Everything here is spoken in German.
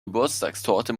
geburtstagstorte